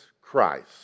Christ